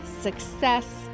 success